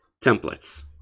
templates